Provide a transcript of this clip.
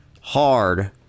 hard